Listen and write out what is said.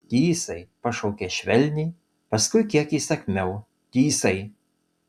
tysai pašaukė švelniai paskui kiek įsakmiau tysai